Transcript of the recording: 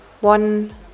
one